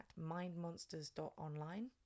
mindmonsters.online